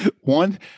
One